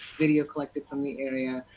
video collected from the area,